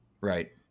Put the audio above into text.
right